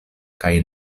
kaj